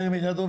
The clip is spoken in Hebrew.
ירים את ידו.